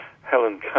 Helen